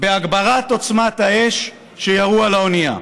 בהגברת עוצמת האש שירו על האונייה.